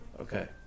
Okay